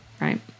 right